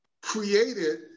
created